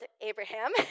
Abraham